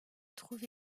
trouve